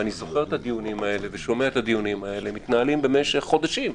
ואני זוכר ושומע את הדיונים האלה מתנהלים במשך חודשים,